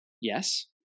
Yes